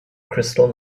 crystal